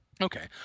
Okay